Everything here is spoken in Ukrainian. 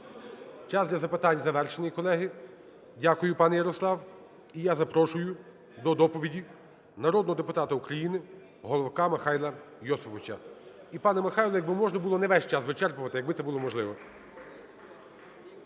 Час для запитань завершений, колеги. Дякую, пане Ярослав. І я запрошую до доповіді народного депутата України Головка Михайла Йосиповича. І, пане Михайле, якби можна було не весь час вичерпувати, якби це було можливо.